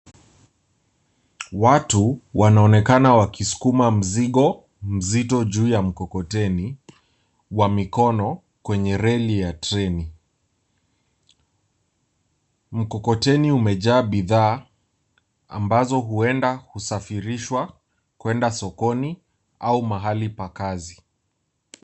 Watu wanaonekana wakisukuma mzigo mzito juu ya mkokoteni wa mikono kwenye reli ya treni. Mkokoteni umejaa bidhaa ambazo huenda husafirisha kuenda sokoni au mahali pa kazi.